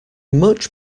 much